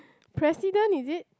president is it